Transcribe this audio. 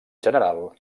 general